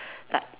but